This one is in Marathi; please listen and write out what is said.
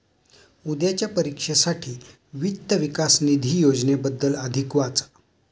उद्याच्या परीक्षेसाठी वित्त विकास निधी योजनेबद्दल अधिक वाचा